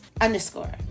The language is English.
underscore